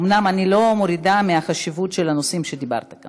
אומנם אני לא מורידה מהחשיבות של הנושאים שדיברת עליהם,